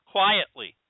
Quietly